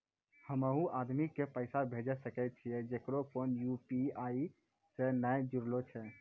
हम्मय उ आदमी के पैसा भेजै सकय छियै जेकरो फोन यु.पी.आई से नैय जूरलो छै?